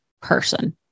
person